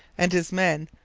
and his men,